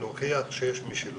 להוכיח שיש משילות.